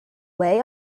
way